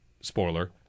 spoiler